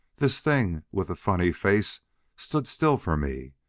this thing with the funny face stood still for me,